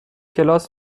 کلاس